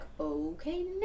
okay